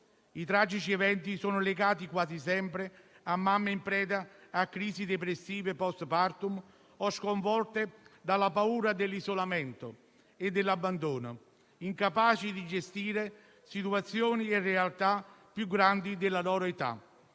I tragici eventi sono legati quasi sempre a mamme in preda a crisi depressive *post partum* o sconvolte dalla paura dell'isolamento e dell'abbandono, incapaci di gestire situazioni e realtà più grandi della loro età,